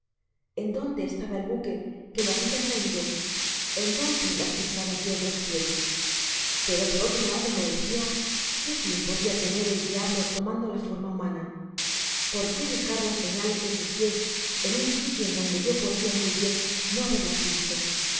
en dónde estaba el buque que lo habia trai do en dónde las pisadas de otros pies pero por otro lado me decía qué fia podia tener el diablo tomando la forma humana l or qué dejar las señales de sus pies en un sitio en donde yo podia muy bien no haberlas visto